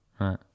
right